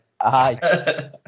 aye